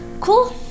Cool